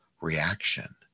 reaction